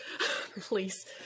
Please